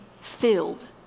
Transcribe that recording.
filled